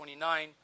29